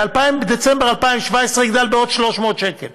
בדצמבר 2017 יגדל בעוד 300 שקל,